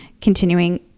continuing